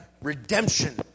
redemption